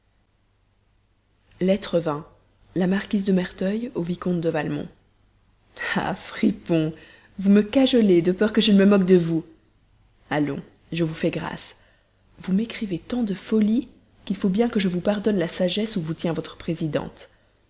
la marquise de merteuil au vicomte de valmont ah fripon vous me cajolez de peur que je ne me moque de vous allons je vous fais grâce vous m'écrivez tant de folies qu'il faut bien que je vous pardonne la sagesse où vous tient votre présidente